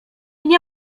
nie